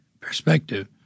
perspective